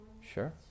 Sure